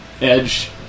edge